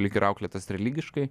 lyg ir auklėtas religiškai